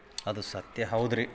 ಅದು ಸತ್ಯ ಹೌದು ರೀ